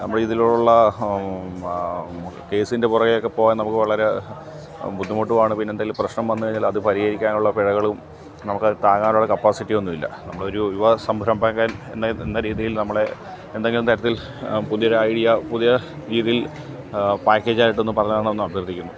നമ്മുടെ ഇതിനോടുള്ള കേസിൻ്റെ പുറകെ ഒക്കെ പോകാൻ നമുക്ക് വളരെ ബുദ്ധിമുട്ടുമാണ് പിന്നെ എന്തേലും പ്രശ്നം വന്നു കഴിഞ്ഞാൽ അത് പരിഹരിക്കാനുള്ള പിഴകളും നമുക്കത് താങ്ങാനുള്ള കപ്പാസിറ്റി ഒന്നുമില്ല നമ്മളൊരു യുവ സംരംഭകൻ എന്ന എന്ന രീതിയിൽ നമ്മളെ എന്തെങ്കിലും തരത്തിൽ പുതിയൊരു ഐഡിയ പുതിയ രീതിയിൽ പാക്കേജ് ആയിട്ടൊന്ന് പറഞ്ഞു തരണമെന്ന് അഭ്യർത്ഥിക്കുന്നു